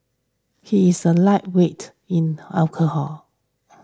he is a lightweight in alcohol